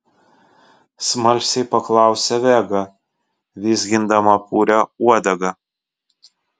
smalsiai paklausė vega vizgindama purią uodegą